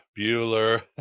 Bueller